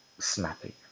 snappy